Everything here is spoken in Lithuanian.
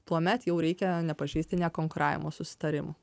tuomet jau reikia nepažeisti nekonkuravimo susitarimų